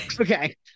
Okay